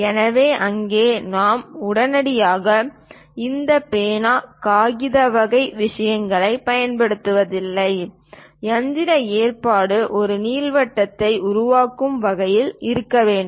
எனவே அங்கே நாம் உடனடியாக இந்த பேனா காகித வகை விஷயங்களைப் பயன்படுத்துவதில்லை இயந்திர ஏற்பாடு ஒரு நீள்வட்டத்தை உருவாக்கும் வகையில் இருக்க வேண்டும்